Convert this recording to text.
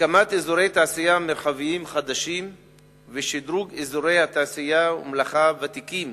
הקמת אזורי תעשייה מרחביים חדשים ושדרוג אזורי תעשייה ומלאכה ותיקים